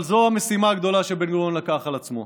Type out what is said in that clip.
אבל זו המשימה הגדולה שבן-גוריון לקח על עצמו.